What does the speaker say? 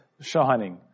shining